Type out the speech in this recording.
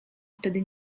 wtedy